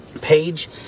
page